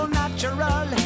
natural